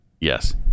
Yes